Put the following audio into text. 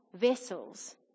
vessels